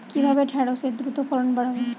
কিভাবে ঢেঁড়সের দ্রুত ফলন বাড়াব?